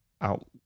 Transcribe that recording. out